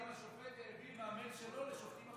השאלה היא אם השופט העביר מהמייל שלו לשופטים אחרים.